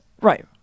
Right